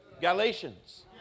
Galatians